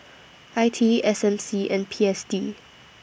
I T E S M C and P S D